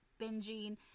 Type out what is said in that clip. binging